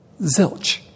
Zilch